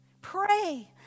Pray